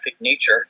nature